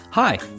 Hi